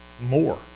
more